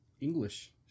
English